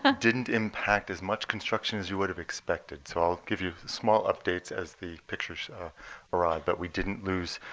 ah didn't impact as much construction as you would have expected. so i'll give you small updates as the pictures arrive. but we didn't lose